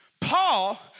Paul